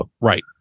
Right